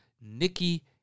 Nikki